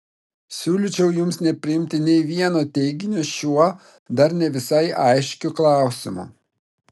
siūlyčiau jums nepriimti nė vieno teiginio šiuo dar ne visai aiškiu klausimu